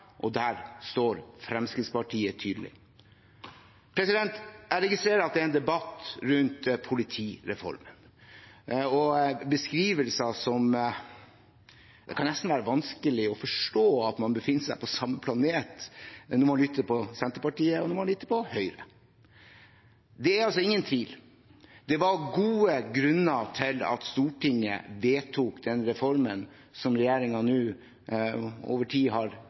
Der står Fremskrittspartiet tydelig. Jeg registrerer at det er en debatt rundt politireformen. Det kan nesten være vanskelig å forstå at man befinner seg på samme planet når man lytter til Senterpartiet, og når man lytter til Høyre. Det er ingen tvil: Det var gode grunner til at Stortinget vedtok den reformen som regjeringen nå over tid har